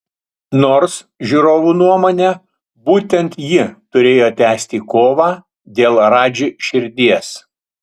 nors žiūrovų nuomone būtent ji turėjo tęsti kovą dėl radži širdies